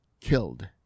killed